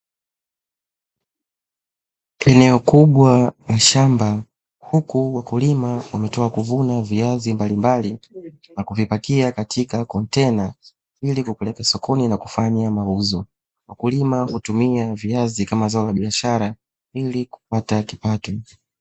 Eneo kubwa la shamba huku wakulima wamevuna viazi mbalimbali na kuvipakia katika kontena, ilikuvipeleka sokoni na kufanya mauzo wakulima hutumia viazi kama zao la biashara ilikupata kipato.